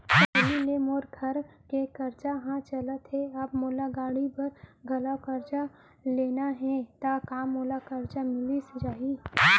पहिली ले मोर घर के करजा ह चलत हे, अब मोला गाड़ी बर घलव करजा लेना हे ता का मोला करजा मिलिस जाही?